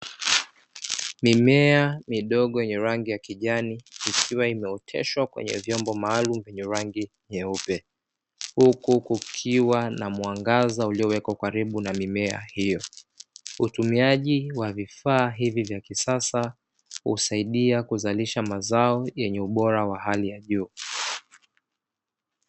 Mimea midogo yenye rangi ya kijani ikiwa imeoteshwa kwenye vyombo maalumu vyenye rangi nyeupe huku kukiwa na mwangaza uliowekwa karibu na mimea hiyo, utumiaji wa vifaa hivi vya kisasa husaidia kuzalisha mazao yenye ubora wa hali ya juu.